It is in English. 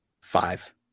Five